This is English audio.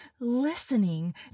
listening